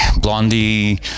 blondie